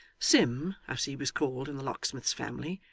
sim, as he was called in the locksmith's family,